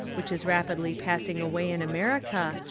which is rap idly passing away in america,